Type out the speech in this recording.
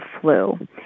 flu